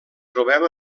trobem